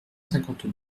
cinquante